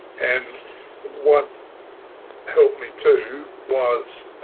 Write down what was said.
and what helped me too was